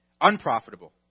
unprofitable